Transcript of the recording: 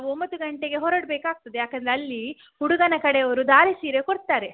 ಒಂಬತ್ತು ಗಂಟೆಗೆ ಹೊರಡಬೇಕಾಗ್ತದೆ ಯಾಕಂದರೆ ಅಲ್ಲಿ ಹುಡುಗನ ಕಡೆಯವರು ಧಾರೆ ಸೀರೆ ಕೊಡ್ತಾರೆ